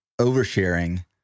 oversharing